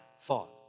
thought